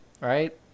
Right